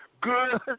good